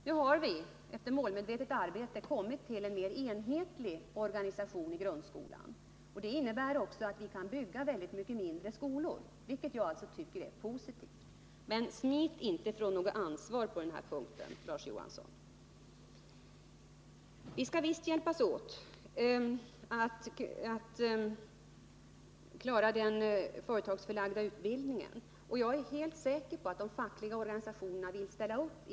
Vi har nu efter målmedvetet arbete kommit fram till en mer enhetlig organisation i grundskolan, och det innebär bl.a. att vi kan bygga mindre skolor, vilket jag tycker är positivt. Men smit inte från det ansvar som också centerpartiet har för 1960-talets skolbyggande, Larz Johansson! Alla goda krafter behöver hjälpas åt att klara den företagsförlagda utbildningen, och jag är helt säker på att de fackliga organisationerna vill ställa upp.